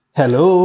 Hello